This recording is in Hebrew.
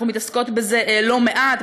אנחנו מתעסקות בזה לא מעט,